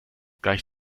gleich